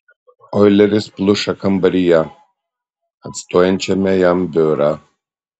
oileris pluša kambaryje atstojančiame jam biurą